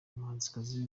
umuhanzikazi